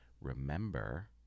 remember